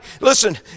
Listen